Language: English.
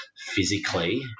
physically